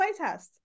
playtest